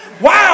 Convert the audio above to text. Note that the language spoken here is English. Wow